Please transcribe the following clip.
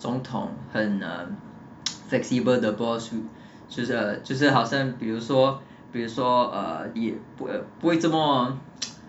总统很 uh flexible 的 boss who 就是说就是好像比如说比如说 ah 不会这么